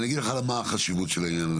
אני אגיד לך מה החשיבות של זה.